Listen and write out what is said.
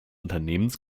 unternehmens